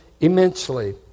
immensely